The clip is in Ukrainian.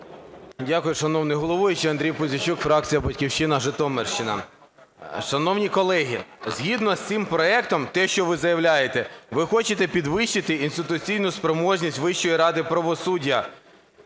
Дякую, шановний головуючий. Андрій Пузійчук, фракція "Батьківщина", Житомирщина. Шановні колеги, згідно з цим проектом, те, що ви заявляєте, ви хочете підвищити інституційну спроможність Вищої ради правосуддя.